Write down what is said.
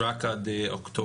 הנתונים במסמך רק עד אוקטובר.